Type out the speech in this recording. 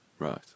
Right